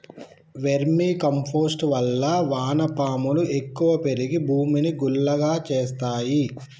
vermi compost వల్ల వాన పాములు ఎక్కువ పెరిగి భూమిని గుల్లగా చేస్తాయి